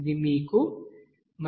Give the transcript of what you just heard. ఇది మీకు 5